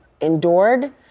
endured